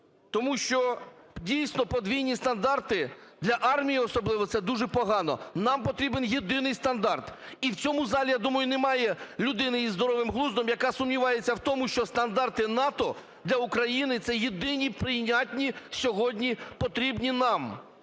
тому що дійсно подвійні стандарти, для армії особливо, це дуже погано, нам потрібен єдиний стандарт. І в цьому залі, я думаю, немає людини із здоровим глуздом, яка сумнівається в тому, що стандарти НАТО для України – це єдині прийнятні сьогодні, потрібні нам.